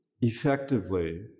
effectively